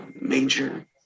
major